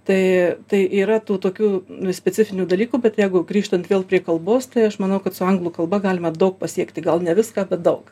tai tai yra tų tokių specifinių dalykų bet jeigu grįžtant vėl prie kalbos tai aš manau kad su anglų kalba galima daug pasiekti gal ne viską bet daug